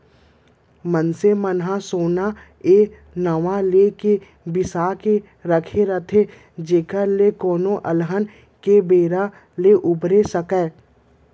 मनसे मन सोना ए नांव लेके बिसा के राखथे जेखर ले कोनो अलहन के बेरा ले उबर सकय